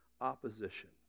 opposition